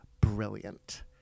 brilliant